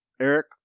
Eric